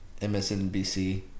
MSNBC